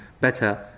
better